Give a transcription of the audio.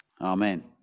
amen